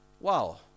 wow